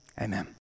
amen